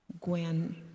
Gwen